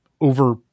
over